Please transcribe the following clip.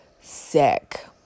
sick